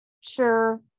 sure